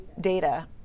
data